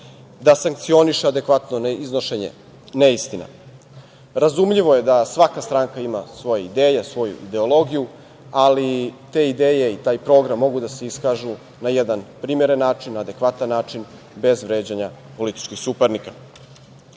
da sankcioniše adekvatno neiznošenje neistina. Razumljivo je da svaka stranka ima svoje ideje, svoju ideologiju, ali i te ideje i taj program mogu da se iskažu na jedan primeren način, adekvatan način bez vređanja političkih suparnika. Ovo